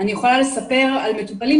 משרד הרווחה לא תמיד יכול להגיע לכל הילדים